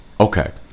Okay